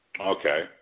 Okay